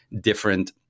different